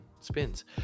spins